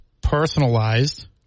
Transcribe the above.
personalized